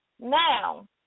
Now